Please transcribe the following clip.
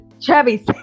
Chubby